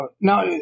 Now